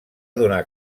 donar